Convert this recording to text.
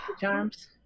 charms